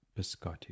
Biscotti